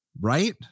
Right